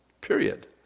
period